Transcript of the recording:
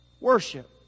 worship